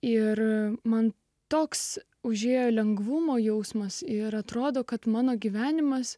ir man toks užėjo lengvumo jausmas ir atrodo kad mano gyvenimas